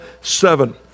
Seven